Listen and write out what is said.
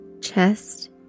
chest